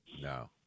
No